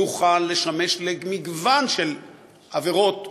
יוכל לשמש למגוון עבירות ופשעים,